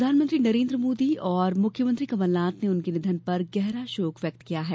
प्रधानमंत्री नरेन्द्र मोदी और मुख्यमंत्री कमलनाथ ने उनके निधन पर गहरा शोक व्यक्त किया है